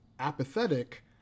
apathetic